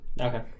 Okay